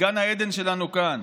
לגן העדן שלנו כאן.